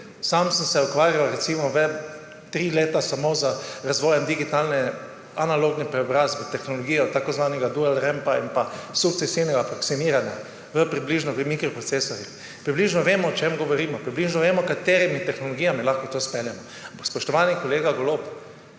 Sam sem se tri leta ukvarjal samo z razvojem digitalne, analogne preobrazbe tehnologije tako imenovanega dual rampe in pa sukcesivnega proksimiranja v mikroprocesorjih. Približno vemo, o čem govorimo, približno vemo, s katerimi tehnologijami lahko to speljemo, ampak, spoštovani kolega Golob,